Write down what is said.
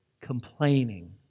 complaining